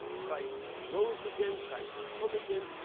christ rose again, christ will come again.